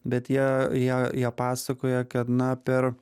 bet jie jie jie pasakoja kad na per